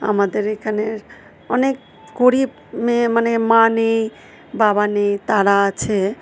আমাদের এখানের অনেক গরিব মেয়ে মানে মা নেই বাবা নেই তারা আছে